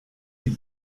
die